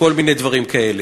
וכל מיני דברים כאלה.